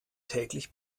täglich